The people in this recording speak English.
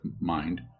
mind